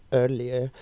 earlier